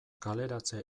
kaleratze